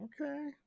okay